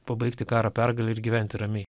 pabaigti karą pergale ir gyventi ramiai